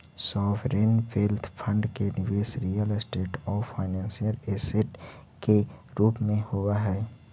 sovereign wealth fund के निवेश real estate आउ फाइनेंशियल ऐसेट के रूप में होवऽ हई